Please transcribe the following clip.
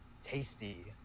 tasty